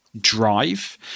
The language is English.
drive